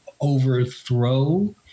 overthrow